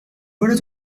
voilà